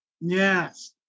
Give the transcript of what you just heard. Yes